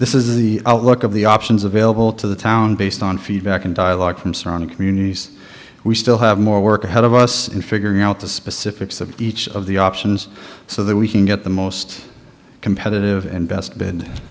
this is the outlook of the options available to the town based on feedback and dialogue from surrounding communities we still have more work ahead of us in figuring out the specifics of each of the options so that we can get the most competitive